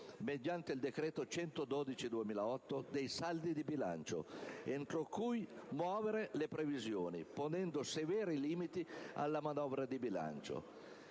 mediante il decreto-legge n. 112 del 2008, dei saldi di bilancio entro cui muovere le previsioni, ponendo severi limiti alla manovra di bilancio.